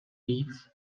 víc